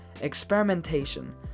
experimentation